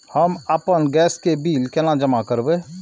हम आपन गैस के बिल केना जमा करबे?